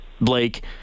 Blake